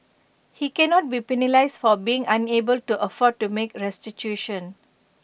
he cannot be penalised for being unable to afford to make restitution